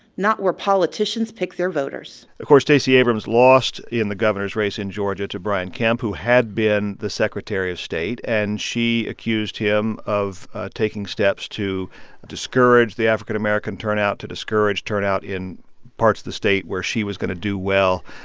not where politicians pick their voters of course, stacey abrams lost in the governor's race in georgia to brian kemp, who had been the secretary of state. and she accused him of taking steps to discourage the african-american turnout, to discourage turnout in parts of the state where she was going to do well.